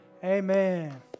Amen